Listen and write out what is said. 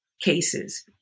cases